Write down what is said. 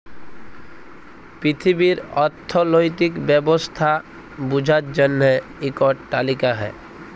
পিথিবীর অথ্থলৈতিক ব্যবস্থা বুঝার জ্যনহে ইকট তালিকা হ্যয়